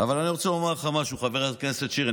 אבל אני רוצה לומר לך משהו, חבר הכנסת שירי.